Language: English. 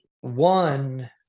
one